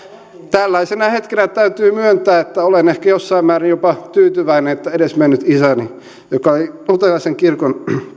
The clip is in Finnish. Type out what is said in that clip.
tällaisena hetkenä täytyy myöntää että olen ehkä jossain määrin jopa tyytyväinen että edesmennyt isäni joka oli luterilaisen kirkon